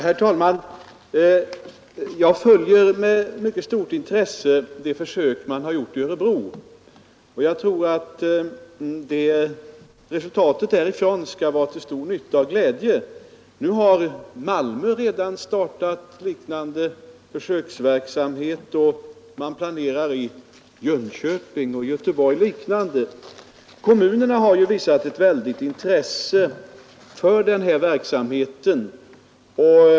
Herr talman! Jag följer med mycket stort intresse de försök som man har inlett i Örebro, och jag tror att resultatet därav skall bli till stor nytta och glädje. Nu har man också i Malmö startat sådan försöksverksamhet, och man planerar liknande i Jönköping och Göteborg. Kommunerna har visat ett stort intresse för den här verksamheten.